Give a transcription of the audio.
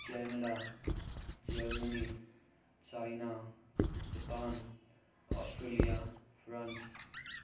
Canada Germany China Japan Australia France